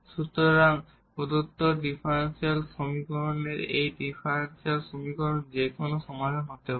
সুতরাং প্রদত্ত ডিফারেনশিয়াল সমীকরণের এই ডিফারেনশিয়াল সমীকরণের যে কোনও সমাধান হতে পারে